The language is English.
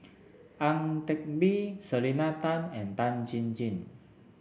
Ang Teck Bee Selena Tan and Tan Chin Chin